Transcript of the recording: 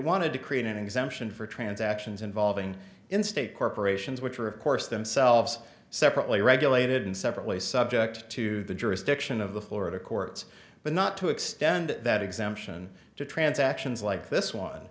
wanted to create an exemption for transactions involving in state corporations which are of course themselves separately regulated and separately subject to the jurisdiction of the florida courts but not to extend that exemption to transactions like this one